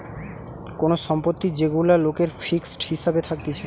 কোন সম্পত্তি যেগুলা লোকের ফিক্সড হিসাবে থাকতিছে